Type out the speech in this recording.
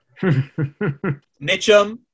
Mitchum